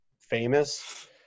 famous